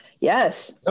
Yes